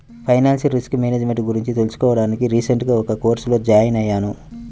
financial risk management గురించి తెలుసుకోడానికి recent గా ఒక కోర్సులో జాయిన్ అయ్యాను